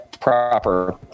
proper